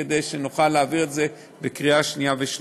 כדי שנוכל להעביר את זה בקריאה שנייה ושלישית.